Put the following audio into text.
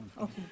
Okay